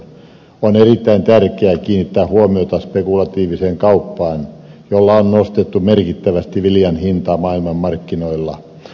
on erittäin tärkeää kiinnittää huomiota spekulatiiviseen kauppaan jolla on nostettu merkittävästi viljan hintaa maailmanmarkkinoilla